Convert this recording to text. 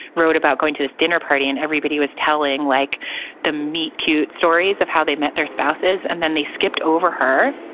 wrote about going to this dinner party, and everybody was telling like the cute stories of how they met their spouses. and then they skipped over her.